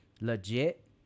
legit